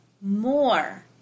more